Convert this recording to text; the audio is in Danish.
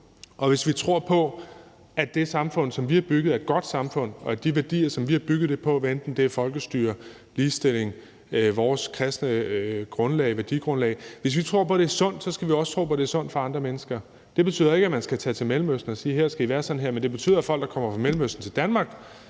og hvis vi tror på, at det samfund, som vi har bygget, er et godt samfund, og at de værdier, som vi har bygget det på, hvad end det er folkestyre, ligestilling eller vores kristne værdigrundlag, er sunde, så skal vi da også tro på, at det er sundt for andre mennesker. Det betyder så ikke, at man skal tage til Mellemøsten og sige: I skal være sådan her. Men det betyder, at man skal sige til folk, der kommer fra Mellemøsten til Danmark: